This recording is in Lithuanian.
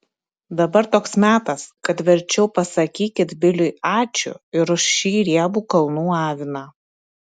dabar toks metas kad verčiau pasakykit biliui ačiū ir už šį riebų kalnų aviną